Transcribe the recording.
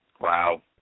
Wow